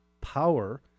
power